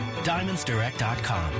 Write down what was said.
DiamondsDirect.com